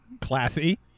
Classy